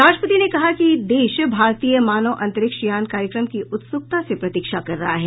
राष्ट्रपति ने कहा कि देश भारतीय मानव अंतरिक्ष यान कार्यक्रम की उत्सुकता से प्रतीक्षा कर रहा है